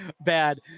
bad